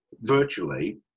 virtually